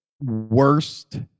worst